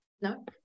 No